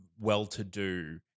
well-to-do